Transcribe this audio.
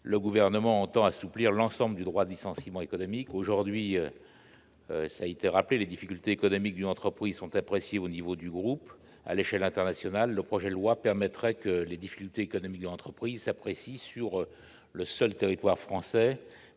le gouvernement entend assouplir l'ensemble du droit de licenciement économique, aujourd'hui ça été rappelé les difficultés économiques d'une entreprise ont apprécié au niveau du groupe à l'échelle internationale, le projet de loi permettrait que les difficultés économiques entreprises s'apprécie sur le seul territoire français